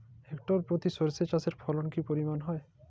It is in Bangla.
হেক্টর প্রতি সর্ষে চাষের ফলন কি পরিমাণ হয়?